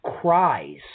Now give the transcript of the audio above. cries